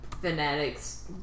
fanatics